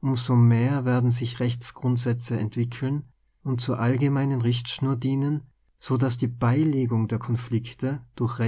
um so mehr werden sich rechts grundsätze entwickeln und zur allgemeinen richtschnur dienen so daß die beilegung der konflikte durch